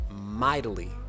mightily